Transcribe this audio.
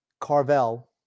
Carvel